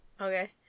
Okay